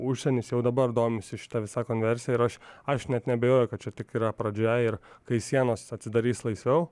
užsienis jau dabar domisi šita visa konversija ir aš aš net neabejoju kad čia tik yra pradžia ir kai sienos atsidarys laisviau